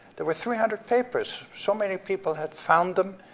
there were three hundred papers, so many people had found them,